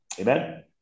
Amen